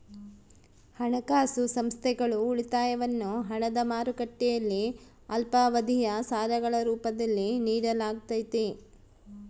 ಹಣಕಾಸು ಸಂಸ್ಥೆಗಳು ಉಳಿತಾಯವನ್ನು ಹಣದ ಮಾರುಕಟ್ಟೆಯಲ್ಲಿ ಅಲ್ಪಾವಧಿಯ ಸಾಲಗಳ ರೂಪದಲ್ಲಿ ನಿಡಲಾಗತೈತಿ